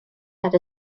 had